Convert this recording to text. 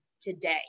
today